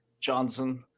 Johnson